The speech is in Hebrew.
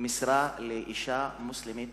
משרה לאשה מוסלמית